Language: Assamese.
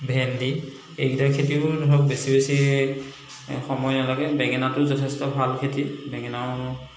ভেণ্ডি এই কেইটা খেতিও ধৰক বেছি বেছি সময় নালাগে বেঙেনাটো যথেষ্ট ভাল খেতি বেঙেনাও